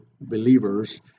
believers